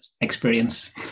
experience